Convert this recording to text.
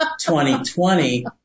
2020